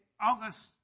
August